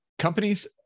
companies